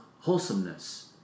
wholesomeness